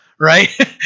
Right